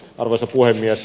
arvoisa puhemies